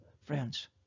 friends